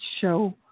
show